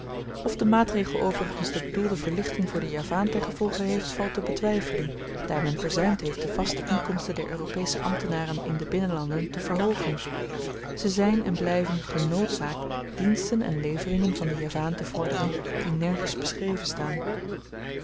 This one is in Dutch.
of de maatregel overigens de bedoelde verlichting voor den javaan ten gevolge heeft valt te betwyfelen daar men verzuimd heeft de vaste inkomsten der europesche ambtenaren in de binnenlanden te verhoogen ze zyn en blyven genoodzaakt diensten en leveringen van den javaan te vorderen die nergens beschreven staan